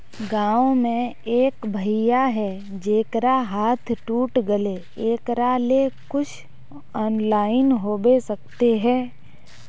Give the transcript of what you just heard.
गाँव में एक भैया है जेकरा हाथ टूट गले एकरा ले कुछ ऑनलाइन होबे सकते है?